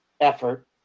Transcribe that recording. Effort